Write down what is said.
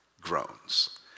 groans